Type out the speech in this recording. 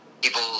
people